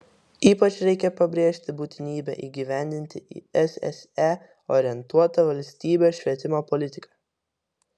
ypač reikia pabrėžti būtinybę įgyvendinti į sse orientuotą valstybės švietimo politiką